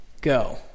go